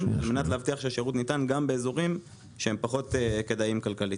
על מנת להבטיח שהשירות ניתן גם באזורים שהם פחות כדאיים כלכלית.